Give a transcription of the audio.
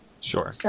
Sure